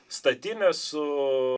statinę su